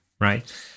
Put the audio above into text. right